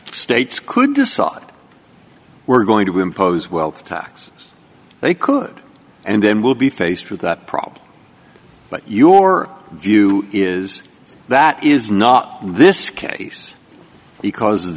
states could decide we're going to impose wealth tax they could and then we'll be faced with that problem but your view is that is not in this case because